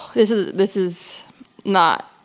this ah this is not.